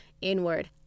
inward